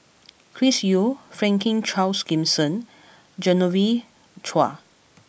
Chris Yeo Franklin Charles Gimson Genevieve Chua